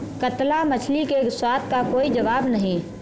कतला मछली के स्वाद का कोई जवाब नहीं